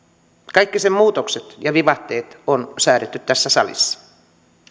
kaikki sen muutokset ja vivahteet on säädetty tässä salissa